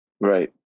Right